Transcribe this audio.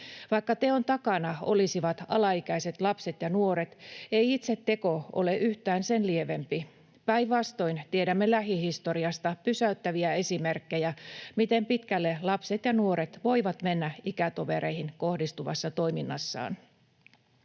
Vaikka teon takana olisivat alaikäiset, lapset ja nuoret, ei itse teko ole yhtään sen lievempi. Päinvastoin: tiedämme lähihistoriasta pysäyttäviä esimerkkejä, miten pitkälle lapset ja nuoret voivat mennä ikätovereihin kohdistuvassa toiminnassaan.